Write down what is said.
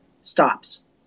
stops